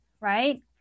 right